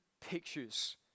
pictures